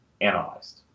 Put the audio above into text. analyzed